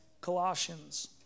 Colossians